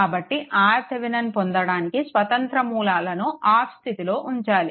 కాబట్టి RThevenin పొందడానికి స్వతంత్ర మూలాలను ఆఫ్ స్థితిలో ఉంచాలి